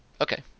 Okay